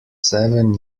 seven